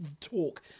talk